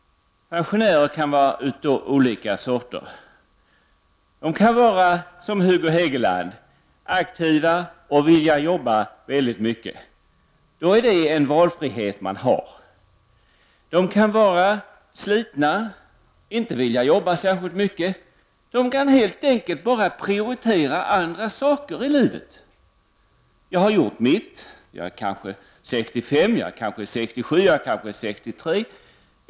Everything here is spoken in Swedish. Pensionärer kan vara av olika sorter. De kan vara aktiva som Hugo Hegeland och vilja jobba väldigt mycket. Det är en valfrihet man har. De kan vara slitna och inte vilja jobba särskilt mycket. De kan helt enkelt prioritera andra saker i livet. Jag har gjort mitt. Jag är kanske 65, 67 eller 63 år.